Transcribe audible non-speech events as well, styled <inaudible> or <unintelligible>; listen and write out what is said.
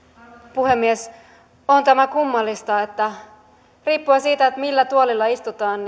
puhemies on tämä kummallista että mustaa ollaan puhumassa valkoiseksi riippuen siitä millä tuolilla istutaan <unintelligible>